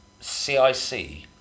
CIC